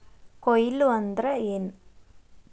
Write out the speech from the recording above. ಕೊಯ್ಲು ಅಂದ್ರ ಏನ್?